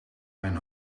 mijn